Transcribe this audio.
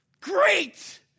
great